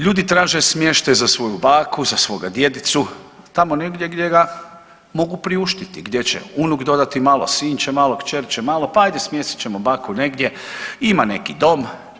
Ljudi traže smještaj za svoju baku, za svoga djedicu tamo negdje gdje ga mogu priuštiti gdje će unuk dodati malo, sin će malo, kćer će malo pa ajde smjestit ćemo baku negdje ima neki dom.